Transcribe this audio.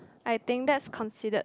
I think that's considered